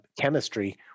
chemistry